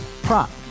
Prop